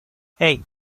hey